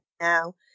now